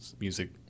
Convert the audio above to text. music